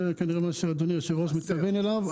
זה, כנראה, מה שאדוני היושב-ראש מתכוון אליו.